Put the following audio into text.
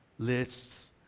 lists